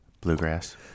Bluegrass